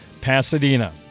Pasadena